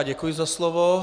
Děkuji za slovo.